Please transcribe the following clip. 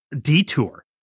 detour